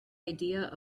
idea